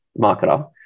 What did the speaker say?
marketer